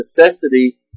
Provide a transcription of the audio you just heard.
necessity